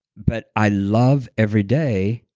but i love every day